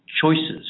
choices